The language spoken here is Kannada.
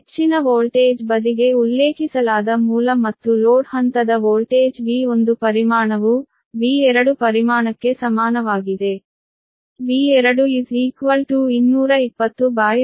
ಹೆಚ್ಚಿನ ವೋಲ್ಟೇಜ್ ಬದಿಗೆ ಉಲ್ಲೇಖಿಸಲಾದ ಮೂಲ ಮತ್ತು ಲೋಡ್ ಹಂತದ ವೋಲ್ಟೇಜ್ |V1| ಪರಿಮಾಣವು ಪರಿಮಾಣಕ್ಕೆ ಸಮಾನವಾಗಿದೆ |V2| 220√3